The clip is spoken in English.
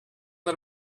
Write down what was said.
let